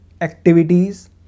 activities